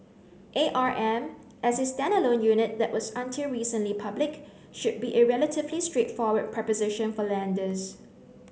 A R M as a standalone unit that was until recently public should be a relatively straightforward proposition for lenders